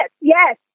yes